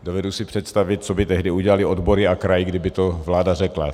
Dovedu si představit, co by tehdy udělaly odbory a kraj, kdyby to vláda řekla.